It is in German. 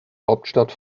hauptstadt